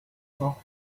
soft